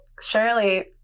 surely